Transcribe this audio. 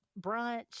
brunch